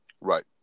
Right